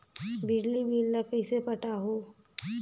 बिजली बिल ल कइसे पटाहूं?